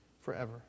forever